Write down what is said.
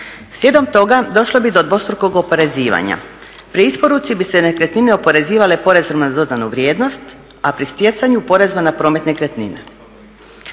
Slijedom toga došlo bi do dvostrukog oporezivanja. Pri isporuci bi se nekretnine oporezivale porezom na dodanu vrijednost, a pri stjecanju poreza na promet nekretnina.